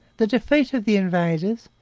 the defeat of the invaders,